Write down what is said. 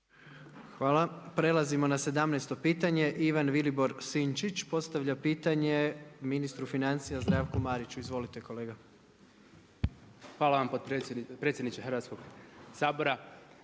Hvala. Prelazimo na 17. pitanje. Ivan Vilibor Sinčić, postavlja pitanje ministru financija Zdravku Mariću. Izvolite kolega. **Sinčić, Ivan Vilibor